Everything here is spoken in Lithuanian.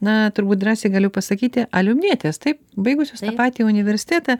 na turbūt drąsiai galiu pasakyti aliumnietės taip baigusios tą patį universitetą